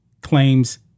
claims